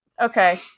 okay